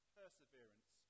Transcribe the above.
perseverance